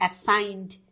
assigned